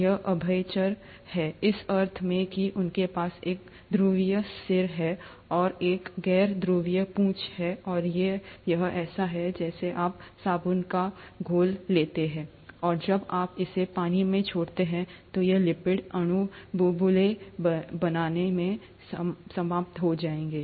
ये उभयचर हैं इस अर्थ में कि उनके पास एक ध्रुवीय सिर है और एक गैर ध्रुवीय पूंछ है और ये यह ऐसा है जैसे आप साबुन का घोल लेते हैं और जब आप इसे पानी में छोड़ते हैं तो ये लिपिड अणु बुलबुले बनाने से समाप्त हो जाएंगे